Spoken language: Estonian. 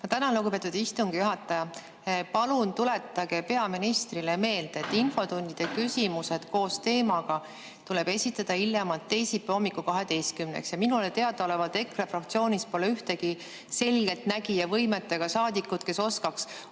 Ma tänan, lugupeetud istungi juhataja! Palun tuletage peaministrile meelde, et infotundide küsimused koos teemaga tuleb esitada hiljemalt teisipäeva hommikul kella 12‑ks. Minule teadaolevalt EKRE fraktsioonis pole ühtegi selgeltnägija võimetega saadikut, kes oleks